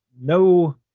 no